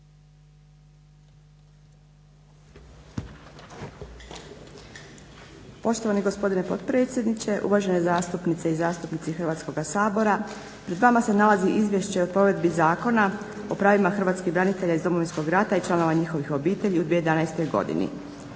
Poštovani gospodine potpredsjedniče, uvažene zastupnice i zastupnici Hrvatskoga sabora. Pred vama se nalazi Izvješće o provedi Zakona o pravima hrvatskih branitelja iz Domovinskog rata i članova njihovih obitelji u 2011. godini.